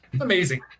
amazing